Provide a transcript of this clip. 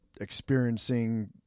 experiencing